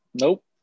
Nope